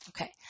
Okay